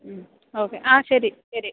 മ്മ് okay ആ ശരി ശരി